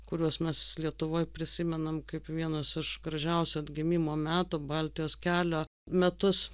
kuriuos mes lietuvoj prisimenam kaip vienus iš gražiausių atgimimo metų baltijos kelio metus